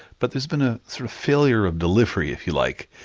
but there's been a sort of failure of delivery if you like,